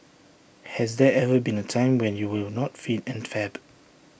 has there ever been A time when you were not fit and fab